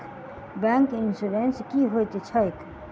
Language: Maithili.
बैंक इन्सुरेंस की होइत छैक?